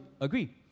agree